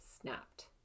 snapped